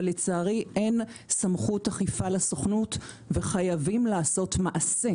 לצערי אין סמכות אכיפה לסוכנות וחייבים לעשות מעשה.